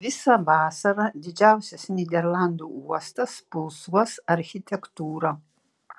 visą vasarą didžiausias nyderlandų uostas pulsuos architektūra